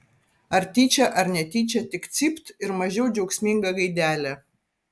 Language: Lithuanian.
ar tyčia ar netyčia tik cypt ir mažiau džiaugsminga gaidelė